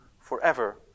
forever